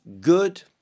good